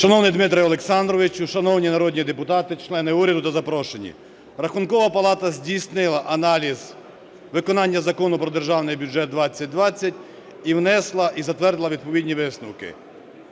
Шановний Дмитре Олександровичу, шановні народні депутати, члени уряду та запрошені! Рахункова палата здійснила аналіз виконання Закону про Державний бюджет 2020 і внесла, і затвердила відповідні висновки.